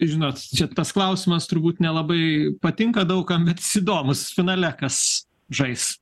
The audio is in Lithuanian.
žinot čia tas klausimas turbūt nelabai patinka daug kam bet jis įdomus finale kas žais